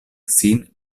sin